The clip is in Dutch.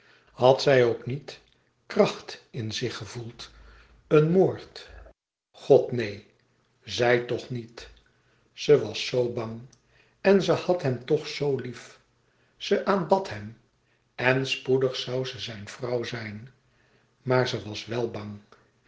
had zij ook niet kracht in zich gevoeld een moord god neen zij toch niet ze was zoo bang en ze had hem toch zoo lief ze aanbad hem en spoedig zoû ze zijn vrouw zijn maar ze was wel bang